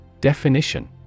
Definition